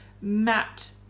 matte